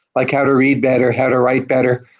like how to read better, how to write better.